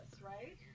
right